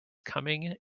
coming